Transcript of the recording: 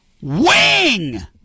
Wing